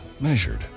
Measured